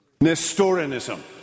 Nestorianism